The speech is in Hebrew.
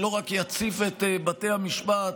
שלא רק יציף את בתי המשפט,